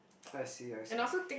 I see I see